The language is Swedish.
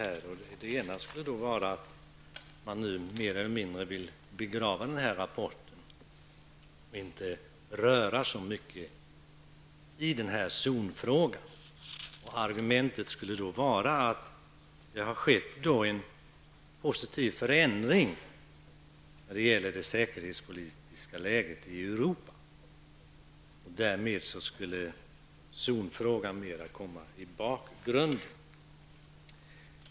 En förklaring skulle vara att man vill mer eller mindre begrava denna rapport och inte röra så mycket i zonfrågan. Argumentet skulle då vara att det har skett en positiv förändring när det gäller det säkerhetspolitiska läget i Europa, och zonfrågan skulle därmed komma mera i bakgrunden.